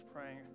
praying